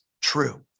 true